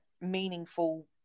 meaningful